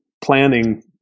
planning